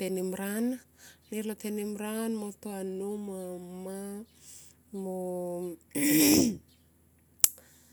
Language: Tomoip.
tenimran mo to a nnou mo amma mo.